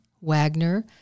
Wagner